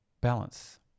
balance